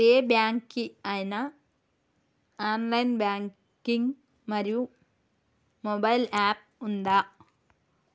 ఏ bank కి ఐనా online banking మరియు మొబైల్ యాప్ ఉందా?